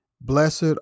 Blessed